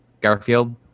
Garfield